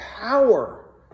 power